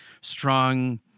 strong